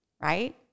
right